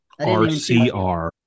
RCR